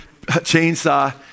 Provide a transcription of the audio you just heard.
chainsaw